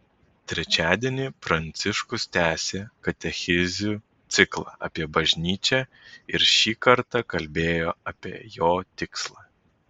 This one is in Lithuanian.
trečiadienį pranciškus tęsė katechezių ciklą apie bažnyčią ir šį kartą kalbėjo apie jo tikslą